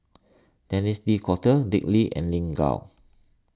Denis D'Cotta Dick Lee and Lin Gao